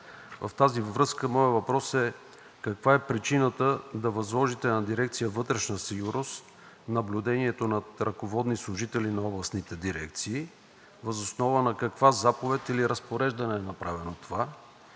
Маринов. Моят въпрос е каква е причината да възложите на дирекция „Вътрешна сигурност“ наблюдението над ръководни служители на областните дирекции, въз основа на каква заповед или разпореждане е направено това?